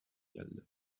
geldi